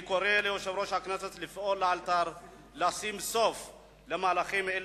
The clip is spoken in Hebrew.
אני קורא ליושב-ראש הכנסת לפעול לאלתר ולשים סוף למהלכים אלו,